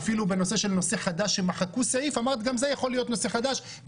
נושא חדש ומחקו סעיף אמרת שזה יכול להיות נושא חדש.